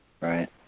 right